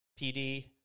PD